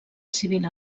civil